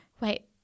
wait